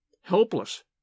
helpless